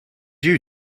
you